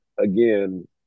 again –